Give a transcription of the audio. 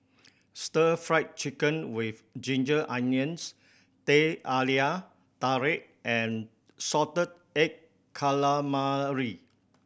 Stir Fry Chicken with ginger onions Teh Halia Tarik and salted egg calamari